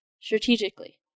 strategically